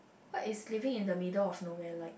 what is living in the middle of nowhere like